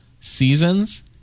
seasons